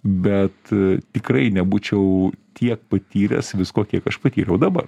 bet tikrai nebūčiau tiek patyręs visko kiek aš patyriau dabar